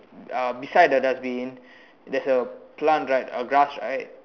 uh beside the dustbin there's a plant right a grass right